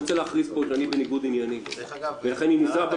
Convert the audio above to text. אני רוצה להכריז פה שאני בניגוד עניינים ולכן אני נזהר.